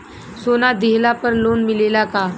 सोना दिहला पर लोन मिलेला का?